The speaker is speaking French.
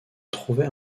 trouvait